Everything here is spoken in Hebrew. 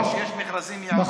ברגע שיש מכרזים ייעודיים,